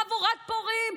חבורת פורעים,